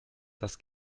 das